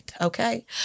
Okay